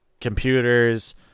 computers